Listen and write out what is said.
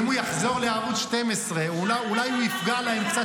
עד שלא עוצרים אותו הוא לא מפסיק.